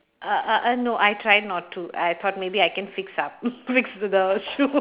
uh uh uh no I tried not to I thought maybe I can fix up fix the shoe